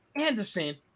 Anderson